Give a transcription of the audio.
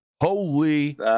Holy